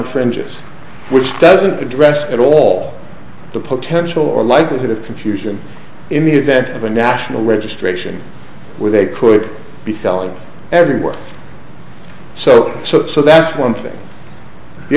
the fringes which doesn't address at all the potential or likelihood of confusion in the event of a national registration where they could be selling everywhere so so so that's one thing the